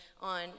on